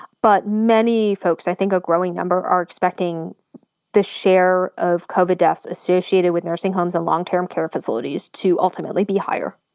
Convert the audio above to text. but many folks, i think, a growing number are expecting the share of covid deaths associated with nursing homes and long term care facilities to ultimately be higher.